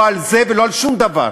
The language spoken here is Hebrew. לא על זה ולא על שום דבר.